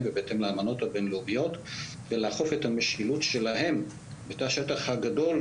ובהתאם לאמנות הבין לאומיות ולאכוף את המשילות שלהם בתא השטח הגדול,